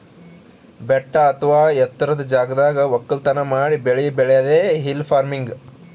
ಬೆಟ್ಟ ಅಥವಾ ಎತ್ತರದ್ ಜಾಗದಾಗ್ ವಕ್ಕಲತನ್ ಮಾಡಿ ಬೆಳಿ ಬೆಳ್ಯಾದೆ ಹಿಲ್ ಫಾರ್ಮಿನ್ಗ್